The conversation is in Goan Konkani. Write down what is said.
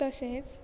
तशेंच